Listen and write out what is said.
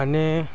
અને